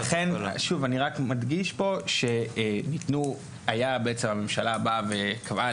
אני רק מדגיש פה שבעצם הממשלה באה וקבעה